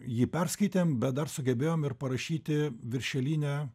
jį perskaitėm bet dar sugebėjom ir parašyti viršelinę